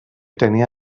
tenia